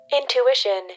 Intuition